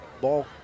Ball